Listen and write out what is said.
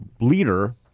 leader